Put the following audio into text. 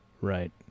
Right